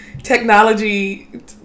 technology